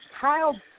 Kyle